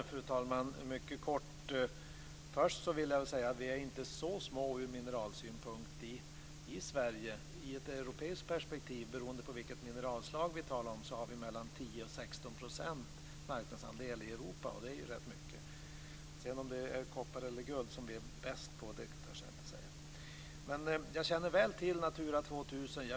Fru talman! Mycket kort vill jag först säga att vi inte är så små ur mineralsynpunkt i Sverige. Ur ett europeiskt perspektiv, beroende på vilket mineralslag vi talar om, har vi mellan 10 % och 16 % marknadsandel i Europa, och det är rätt mycket. Om det är koppar eller guld som vi är bäst på törs jag inte säga. Jag känner väl till Natura 2000.